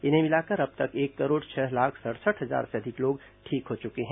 इन्हें मिलाकर अब तक एक करोड़ छह लाख सड़सठ हजार से अधिक लोग ठीक हो च्के हैं